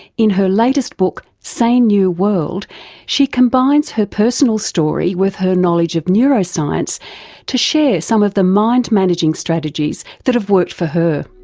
in her latest book sane new world she combines her personal story with her knowledge of neuroscience to share some of the mind-managing strategies that have worked for her.